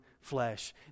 flesh